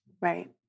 right